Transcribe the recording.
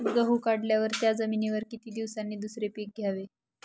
गहू काढल्यावर त्या जमिनीवर किती दिवसांनी दुसरे पीक घ्यावे?